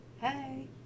Hey